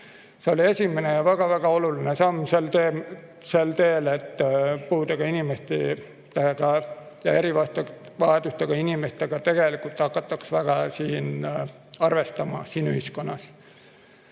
See oli esimene ja väga-väga oluline samm sel teel, et puudega inimestega ja erivajadustega inimestega tegelikult hakataks ühiskonnas arvestama. Ja võin